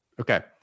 Okay